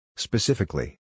Specifically